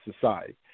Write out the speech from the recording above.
society